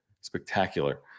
spectacular